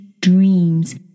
dreams